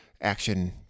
action